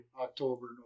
October